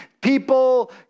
people